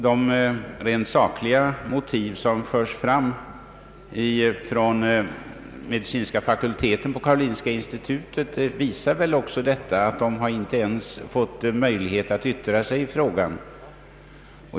De rent sakliga motiv som förts fram av medicinska faktulteten i Stockholm visar väl också detta. Den har inte ens fått möjlighet att yttra sig i frågan.